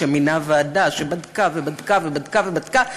שמינה ועדה שבדקה ובדקה ובדקה ובדקה,